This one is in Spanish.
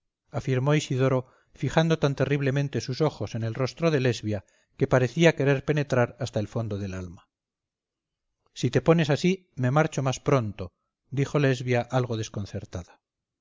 afirmó isidoro fijando tan terriblemente sus ojos en el rostro de lesbia que parecía querer penetrar hasta el fondo del alma si te pones así me marcho más pronto dijo lesbia algo desconcertada